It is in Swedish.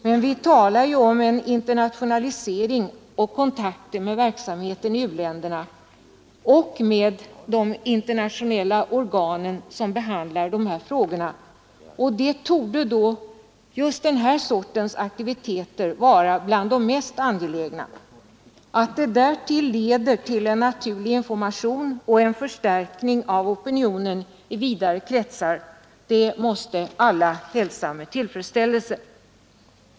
Men vi talar ju om en internationalisering, om kontakter med verksamheten i u-länderna och med de internationella organ som behandlar dessa frågor, och då torde just den här sortens aktiviteter vara bland de mest angelägna. Att de därtill leder till en naturlig information och en förstärkning av opinionen i vidare kretsar måste alla hälsa med tillfredställelse.